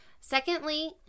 Secondly